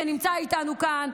שנמצא איתנו כאן,